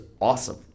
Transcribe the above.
awesome